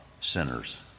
sinners